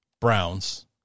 Browns